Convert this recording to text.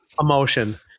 emotion